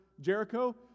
Jericho